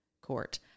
Court